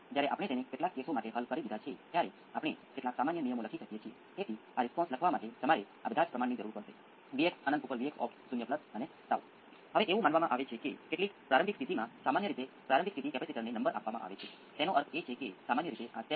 ચાલો આપણે કહીએ કે સર્કિટને લાક્ષણિકતા ન આપવા માટે આ ઇનપુટ છે અને આ આઉટપુટ છે અને આ કરવા માટે હું સિગ્નલ જનરેટરમાંથી અમુક લાગુ કરીશ કેટલાક ઇનપુટ સાથે મળીને પછી જે બહાર આવે છે તેને માપવા માટે હું આ લઈશ